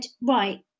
right